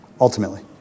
Ultimately